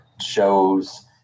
shows